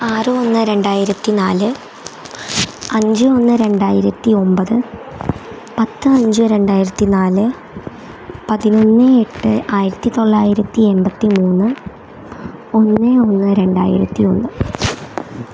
ആറ് ഒന്ന് രണ്ടായിരത്തി നാല് അഞ്ച് ഒന്ന് രണ്ടായിരത്തി ഒമ്പത് പത്ത് അഞ്ച് രണ്ടായിരത്തി നാല് പതിനൊന്ന് എട്ട് ആയിരത്തി തൊള്ളായിരത്തി എൺപത്തി മൂന്ന് ഒന്ന് ഒന്ന് രണ്ടായിരത്തി ഒന്ന്